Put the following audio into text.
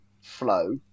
flow